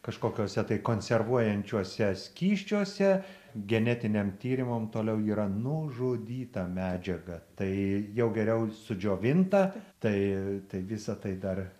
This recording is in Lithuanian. kažkokiuose tai konservuojančiuose skysčiuose genetiniam tyrimam toliau yra nužudyta medžiaga tai jau geriau sudžiovinta tai tai visa tai dar